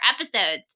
episodes